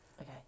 Okay